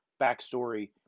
backstory